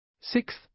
Sixth